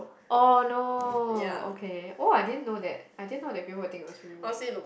oh no okay oh I didn't know that I didn't know that people will think it was real